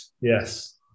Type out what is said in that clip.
Yes